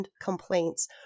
complaints